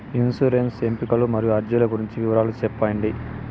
insurance ఎంపికలు మరియు అర్జీల గురించి వివరాలు సెప్పండి